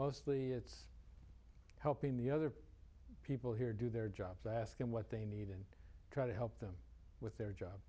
mostly it's helping the other people here do their jobs ask them what they need and try to help them with their job